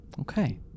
Okay